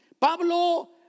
Pablo